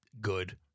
good